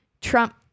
Trump